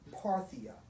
Parthia